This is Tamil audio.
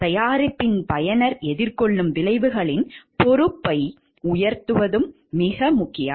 தயாரிப்பின் பயனர்கள் எதிர்கொள்ளும் விளைவுகளின் பொறுப்பை உயர்த்துவது மிகவும் முக்கியம்